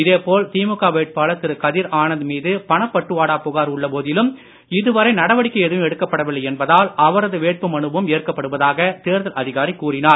இதேபோல திமுக வேட்பாளர் திரு கதிர் ஆனந்த் மீது பணப்பட்டுவாடா புகார் உள்ள போதிலும் இதுவரை நடவடிக்கை எதுவும் எடுக்கப்படவில்லை என்பதால் அவரது வேட்புமனுவும் ஏற்படுவதாக தேர்தல் அதிகாரி கூறினார்